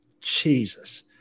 Jesus